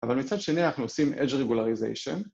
‫אבל מצד שני אנחנו עושים ‫edge regularization.